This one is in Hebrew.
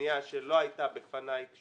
שלא הייתה בפניי, בעניין הזה.